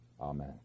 amen